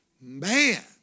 man